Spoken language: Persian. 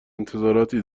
انتظاراتی